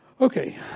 Okay